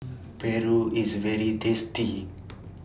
Paru IS very tasty